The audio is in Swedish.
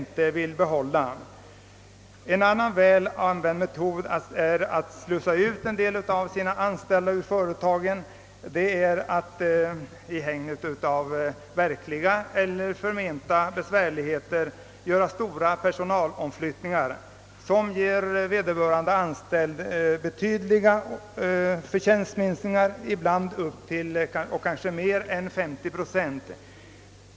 En annan väl använd metod för att slussa ut en del av de anställda ur företagen är, att med hänvisning till verkliga eller förmenta svårigheter göra stora personalomflyttningar, som ger vederbörande betydligt minskade förtjänster, ibland upp till och kanske över 50 procent.